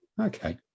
Okay